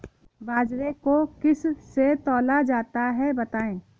बाजरे को किससे तौला जाता है बताएँ?